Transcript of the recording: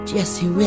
Jesse